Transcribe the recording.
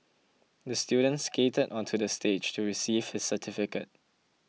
the student skated onto the stage to receive his certificate